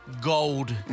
gold